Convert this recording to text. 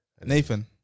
Nathan